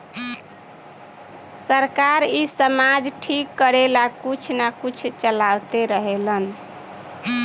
सरकार इ समाज ठीक करेला कुछ न कुछ चलावते रहेले